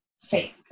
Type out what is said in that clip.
fake